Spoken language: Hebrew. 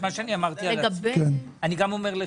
את מה שאני אמרתי על עצמי אני גם אומר לך.